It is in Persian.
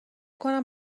کنم